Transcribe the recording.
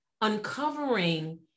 uncovering